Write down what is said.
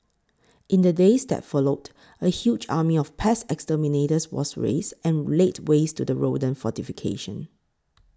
in the days that followed a huge army of pest exterminators was raised and laid waste to the rodent fortification